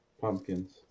Pumpkins